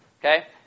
Okay